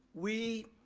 we